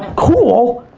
cool,